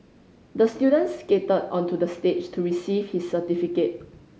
the student skated onto the stage to receive his certificate